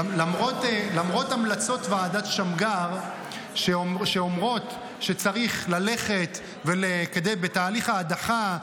-- למרות המלצות ועדת שמגר שאומרות שצריך ללכת בתהליך ההדחה,